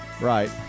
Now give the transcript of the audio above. Right